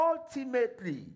ultimately